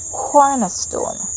cornerstone